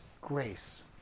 grace